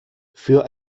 für